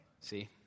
See